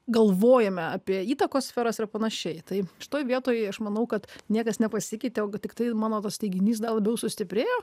galvojame apie įtakos sferas ir panašiai tai šitoj vietoj aš manau kad niekas nepasikeitė o tiktai mano tas teiginys dar labiau sustiprėjo